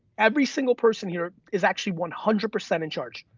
every single person here is actually one hundred percent in charge.